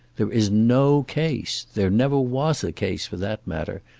there is no case. there never was a case, for that matter.